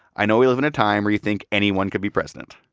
i know we live in a time where you think anyone could be president,